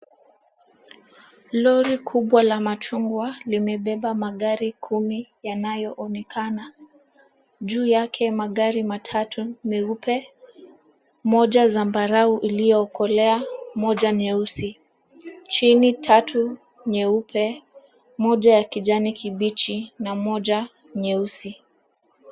Lori kubwa la machungwa limebeba magari kumi yanayoonekana. Juu yake magari matatu meupe, moja zambarau iliyo kolea, moja nyeusi. Chini tatu nyeupe moja ya kijani kibichi na moja nyeusi.